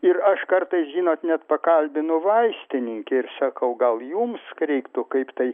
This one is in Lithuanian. ir aš kartais žinot net pakalbinu vaistininkė ir sakau gal jums reiktų kaip tai